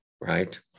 Right